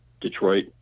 Detroit